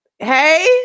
Hey